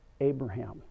Abraham